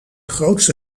grootste